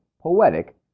poetic